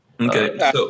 okay